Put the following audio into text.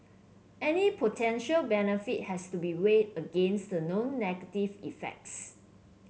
any potential benefit has to be weighed against the known negative effects